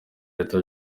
leta